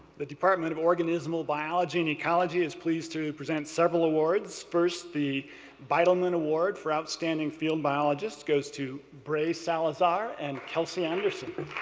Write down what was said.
the department of organismal biology and ecology is pleased to present several awards. first, the beidleman award for outstanding field biologist goes to brae salazar and kelsi anderson.